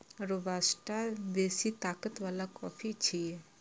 robusta बेसी ताकत बला कॉफी छियै